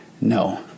No